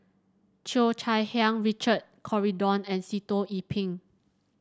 Cheo Chai Hiang Richard Corridon and Sitoh Yih Pin